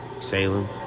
Salem